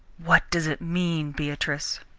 what does it mean, beatrice?